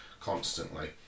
constantly